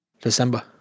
December